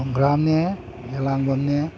ꯊꯣꯡꯒ꯭ꯔꯥꯝꯅꯦ ꯑꯦꯂꯥꯡꯕꯝꯅꯦ